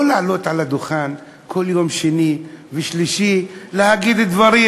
לא לעלות על הדוכן כל יום שני ושלישי להגיד דברים,